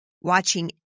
watching